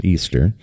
Easter